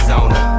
Zona